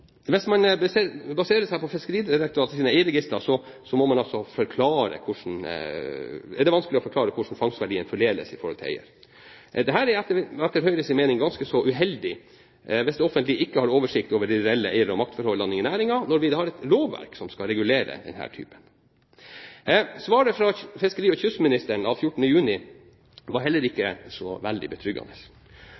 Hvis man baserer seg på Fiskeridirektoratets eierregistre, er det vanskelig å forklare hvordan fangstverdien fordeles i forhold til eier. Det er etter Høyres mening ganske uheldig hvis det offentlige ikke har oversikt over de reelle eierne og maktforholdene i næringen, når vi har et lovverk som skal regulere denne typen. Svaret fra fiskeri- og kystministeren av 14. juni 2010 var heller ikke